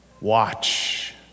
Watch